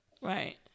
Right